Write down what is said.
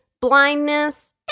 blindness